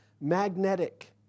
magnetic